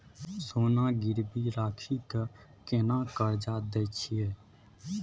सोना गिरवी रखि के केना कर्जा दै छियै?